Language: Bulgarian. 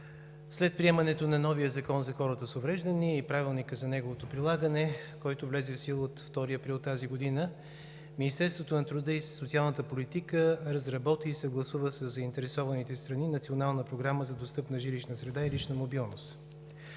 след приемането на новия Закон за хората с увреждания и Правилника за неговото прилагане, който влезе в сила от 2 април тази година, Министерството на труда и социалната политика разработи и съгласува със заинтересованите страни Национална програма за достъпна жилищна среда и лична мобилност.